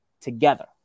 together